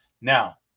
now